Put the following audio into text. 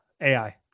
AI